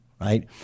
right